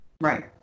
Right